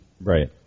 Right